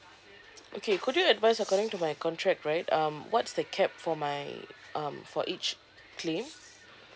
okay could you advise according to my contract right um what's the cap for my um for each claim